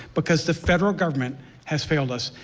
because the federal government has failed us.